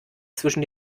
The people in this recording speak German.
zwischen